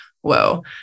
whoa